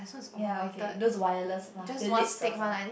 ya okay those wireless mah Philips also